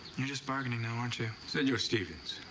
you're just bargaining now, aren't you? senor stevens,